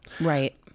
Right